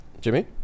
Jimmy